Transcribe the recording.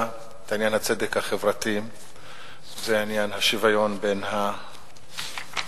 את עניין הצדק החברתי ועניין השוויון בין האנשים,